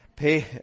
Pay